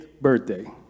birthday